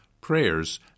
prayers